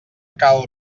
cal